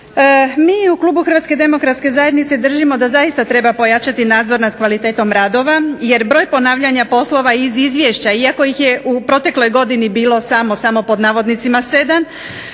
MI u Klubu HDZ-a držimo da zaista treba pojačati nadzor nad kvalitetom radova jer broj ponavljanja poslova iz izvješća iako ih je u protekloj godini bilo samo 7 ukazuje na ozbiljnost ali